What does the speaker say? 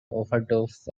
overdose